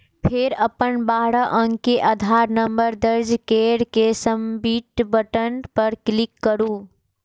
फेर अपन बारह अंक के आधार नंबर दर्ज कैर के सबमिट बटन पर क्लिक करू